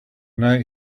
night